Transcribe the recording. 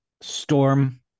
Storm